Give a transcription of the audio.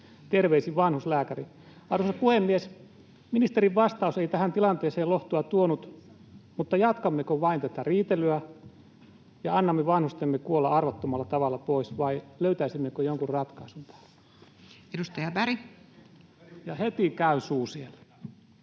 Terveisin ’vanhuslääkäri’.” Arvoisa puhemies! Ministerin vastaus ei tähän tilanteeseen lohtua tuonut, mutta jatkammeko vain tätä riitelyä ja annamme vanhustemme kuolla arvottomalla tavalla pois, vai löytäisimmekö jonkun ratkaisun tähän? [Välihuuto